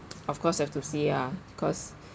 of course have to see ah cause